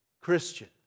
Christian